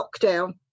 lockdown